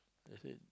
they say